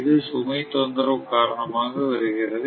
இது சுமை தொந்திரவு காரணமாக வருகிறது